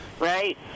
Right